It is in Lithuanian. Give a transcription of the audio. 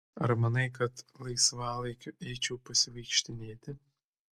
ar manai kad laisvalaikiu eičiau pasivaikštinėti